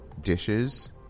dishes